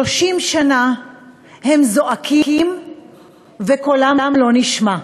30 שנה הם זועקים וקולם לא נשמע,